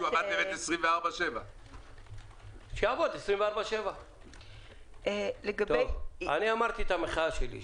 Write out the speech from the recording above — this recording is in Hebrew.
בווטסאפ הוא עבד באמת 24/7. שיעבוד 24/7. אמרתי את המחאה שלי,